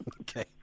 Okay